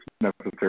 necessary